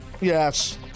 Yes